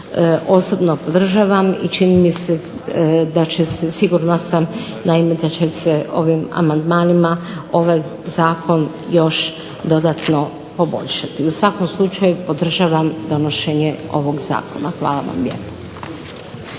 osobno podržavam i čini mi se da će se, sigurna sam naime da će se ovim amandmanima ovaj zakon još dodatno poboljšati. U svakom slučaju podržavam donošenje ovog zakona. Hvala vam lijepo.